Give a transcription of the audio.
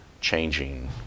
changing